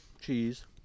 cheese